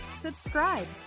subscribe